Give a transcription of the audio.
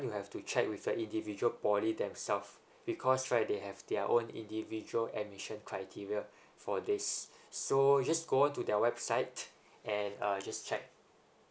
you have to check with the individual poly themselves because right they have their own individual admission criteria for this so just go on to their website and uh just check